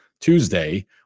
tuesday